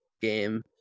game